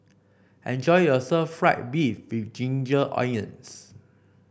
enjoy your Stir Fried Beef with Ginger Onions